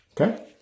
Okay